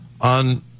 on